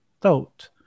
thought